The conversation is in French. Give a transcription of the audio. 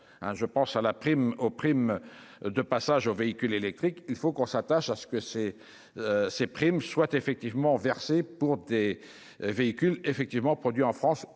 la prime aux primes de passage aux véhicules électriques, il faut qu'on s'attache à ce que ces ces primes soient effectivement versées pour des véhicules effectivement